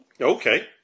Okay